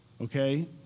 Okay